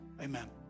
Amen